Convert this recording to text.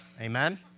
Amen